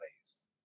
place